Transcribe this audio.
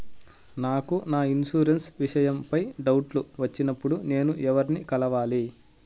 నాకు నా ఇన్సూరెన్సు విషయం పై డౌట్లు వచ్చినప్పుడు నేను ఎవర్ని కలవాలి?